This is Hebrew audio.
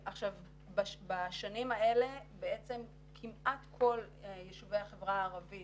בשנים האלה בעצם כמעט כל יישובי החברה הערבית